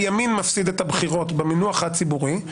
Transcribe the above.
הימין מפסיד את הבחירות במינוח הציבורי,